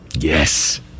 yes